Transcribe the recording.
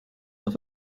auf